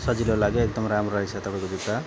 सजिलो लाग्यो एकदम राम्रो रहेछ तपाईँको जुत्ता